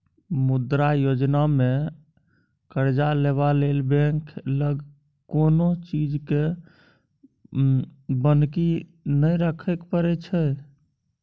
मुद्रा योजनामे करजा लेबा लेल बैंक लग कोनो चीजकेँ बन्हकी नहि राखय परय छै